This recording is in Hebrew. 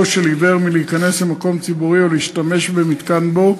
של עיוור להיכנס למקום ציבורי או להשתמש במתקן בו,